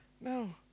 No